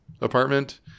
apartment